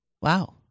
Wow